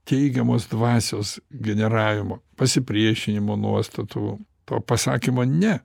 teigiamos dvasios generavimo pasipriešinimo nuostatų to pasakymo ne